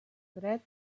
dret